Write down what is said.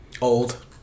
Old